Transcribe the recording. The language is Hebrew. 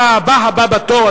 אתה הבא הבא בתור,